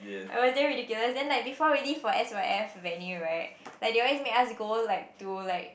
it was damn ridiculous then like before we leave for s_y_f venue they always make us go like to like